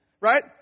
Right